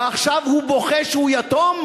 ועכשיו הוא בוכה שהוא יתום,